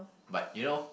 but you know